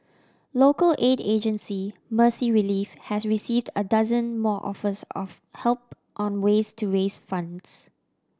local aid agency Mercy Relief has received a dozen more offers of help on ways to raise funds